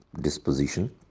disposition